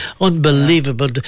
Unbelievable